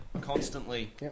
constantly